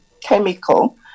chemical